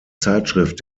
zeitschrift